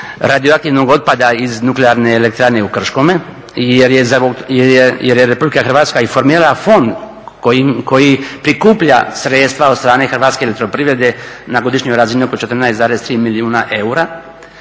radioaktivnog otpada iz Nuklearne elektrane u Krškome, jer je Republika Hrvatska i formirala fond koji prikuplja sredstva od strane Hrvatske elektroprivrede na godišnjoj razini od oko 14,3 milijuna eura